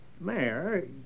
Mayor